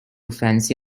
fancy